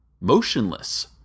Motionless